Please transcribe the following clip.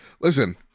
listen